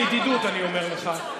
בידידות אני אומר לך,